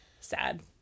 sad